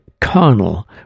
carnal